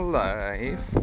life